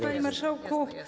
Panie Marszałku!